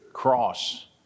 cross